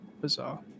bizarre